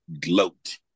gloat